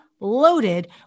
loaded